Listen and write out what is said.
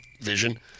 vision